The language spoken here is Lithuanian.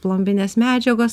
plombinės medžiagos